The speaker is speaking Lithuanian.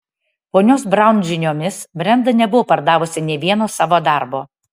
ponios braun žiniomis brenda nebuvo pardavusi nė vieno savo darbo